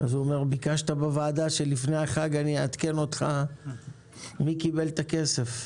ביקשת בוועדה שלפני החג אני אעדכן אותך מי קיבל את הכסף.